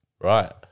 Right